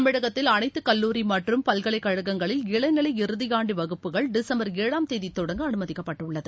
தமிழகத்தில் அனைத்து கல்லூரி மற்றும் பல்கலைக்கழகங்களில் இளநிலை இறுதி ஆண்டு வகுப்புகள் டிசம்பர் ஏழாம் தேதி தொடங்க அனுமதிக்கப்பட்டுள்ளது